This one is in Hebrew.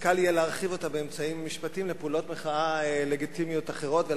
אז קל יהיה להרחיב אותו באמצעים משפטיים לפעולות מחאה לגיטימיות אחרות,